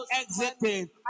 exiting